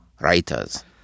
writers